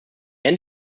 end